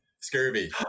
scurvy